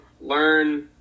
Learn